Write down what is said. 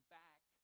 back